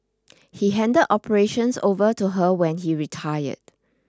he handed operations over to her when he retired